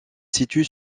situe